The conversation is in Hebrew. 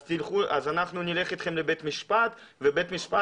אז אנחנו נלך איתכם לבית המשפט ובית המשפט